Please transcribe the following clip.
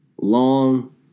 long